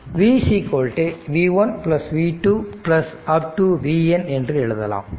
v N என்று எழுதலாம்